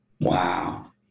Wow